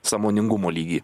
sąmoningumo lygį